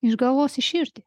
iš galvos į širdį